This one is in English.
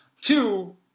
Two